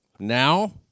Now